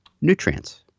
nutrients